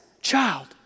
child